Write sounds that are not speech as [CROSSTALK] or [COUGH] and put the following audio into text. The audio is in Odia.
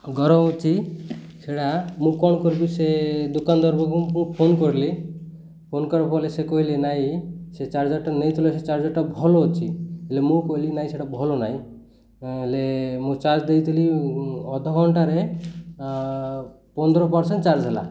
ଗରମ ହେଉଛି ସେଇଟା ମୁଁ କ'ଣ କରିବି ସେ ଦୋକାନ [UNINTELLIGIBLE] ମୁଁ ଫୋନ କରିଲି ଫୋନ କରିଲା ପରେ ସେ କହିଲେ ନାଇଁ ସେ ଚାର୍ଜରଟା ନେଇଥିଲେ ସେ ଚାର୍ଜରଟା ଭଲ ଅଛି ହେଲେ ମୁଁ କହିଲି ନାଇଁ ସେଇଟା ଭଲ ନାହିଁ ହେଲେ ମୁଁ ଚାର୍ଜ ଦେଇଥିଲି ଅଧଘଣ୍ଟାରେ ପନ୍ଦର ପରସେଣ୍ଟ ଚାର୍ଜ ହେଲା